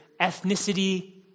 ethnicity